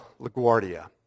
LaGuardia